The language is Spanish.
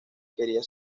quería